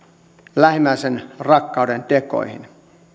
lähimmäisenrakkauden tekoihin